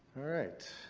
alright.